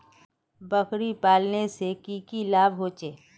बकरी पालने से की की लाभ होचे?